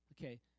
Okay